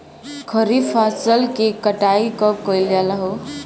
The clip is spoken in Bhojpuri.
खरिफ फासल के कटाई कब कइल जाला हो?